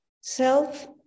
self